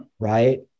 Right